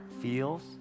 feels